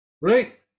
right